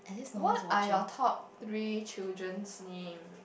what are your top three children's name